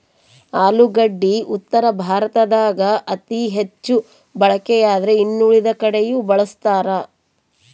ಆಲೂಗಡ್ಡಿ ಉತ್ತರ ಭಾರತದಾಗ ಅತಿ ಹೆಚ್ಚು ಬಳಕೆಯಾದ್ರೆ ಇನ್ನುಳಿದ ಕಡೆಯೂ ಬಳಸ್ತಾರ